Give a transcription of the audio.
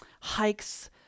hikes